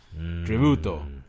Tributo